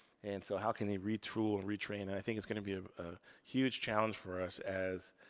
and so how can they re-tool and re-train? and i think it's gonna be a huge challenge for us as